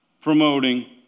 promoting